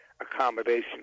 accommodation